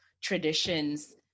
traditions